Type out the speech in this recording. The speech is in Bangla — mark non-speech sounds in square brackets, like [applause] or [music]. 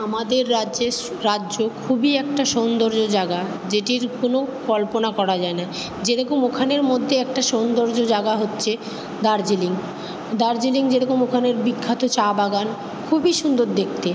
আমাদের রাজ্যের [unintelligible] রাজ্য খুবই একটা সৌন্দর্য জায়গা যেটির কোনো কল্পনা করা যায় না যে রকম ওখানের মধ্যে একটা সৌন্দর্য জাগা হচ্ছে দার্জিলিং দার্জিলিং যেরকম ওখানের বিখ্যাত চা বাগান খুবই সুন্দর দেখতে